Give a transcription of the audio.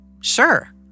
Sure